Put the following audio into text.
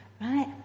Right